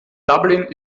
dublin